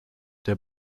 der